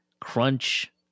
crunch